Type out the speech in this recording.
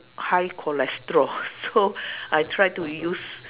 high cholesterol so I try to use